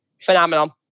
phenomenal